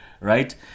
right